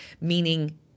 meaning –